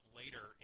later